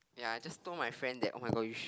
ya I just told my friend that oh-my-god you should